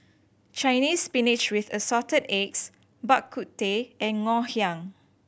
Chinese Spinach with Assorted Eggs Bak Kut Teh and Ngoh Hiang